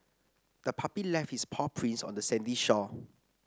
the puppy left its paw prints on the sandy shore